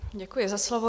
Děkuji za slovo.